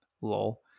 Lol